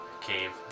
Cave